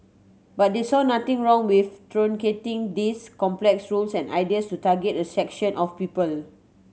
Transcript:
but they saw nothing wrong with truncating these complex rules and ideas to target a section of people